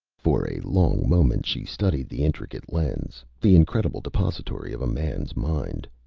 for a long moment she studied the intricate lens, the incredible depository of a man's mind.